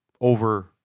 over